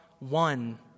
One